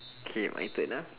K my turn ah